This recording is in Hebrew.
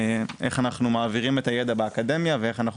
איך אנחנו מעבירים את הידע באקדמיה ואיך אנחנו